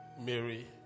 Mary